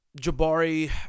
Jabari